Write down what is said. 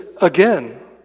again